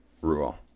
rule